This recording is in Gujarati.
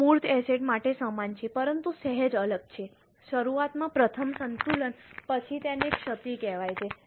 તે મૂર્ત એસેટ માટે સમાન છે પરંતુ સહેજ અલગ છે શરૂઆતમાં પ્રથમ સંતુલન પછી તેને ક્ષતિ કહેવાય છે